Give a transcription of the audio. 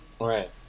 Right